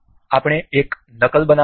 આપણે એક નકલ બનાવીશું